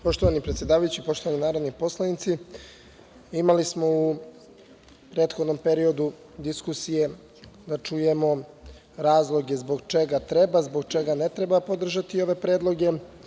Poštovani predsedavajući, poštovani poslanici, imali smo u prethodnom periodu diskusije da čujemo razloge zbog čega treba, zbog čega ne treba podržati ove predloge.